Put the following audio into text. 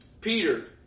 Peter